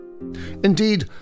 Indeed